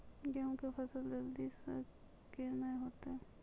गेहूँ के फसल जल्दी से के ना होते?